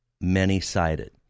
many-sided